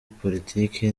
politiki